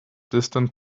distant